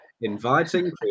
inviting